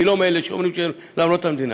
אני לא מאלה שאומרים שהם למרות המדינה,